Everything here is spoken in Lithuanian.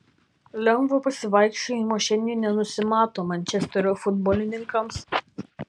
lengvo pasivaikščiojimo šiandien nenusimato mančesterio futbolininkams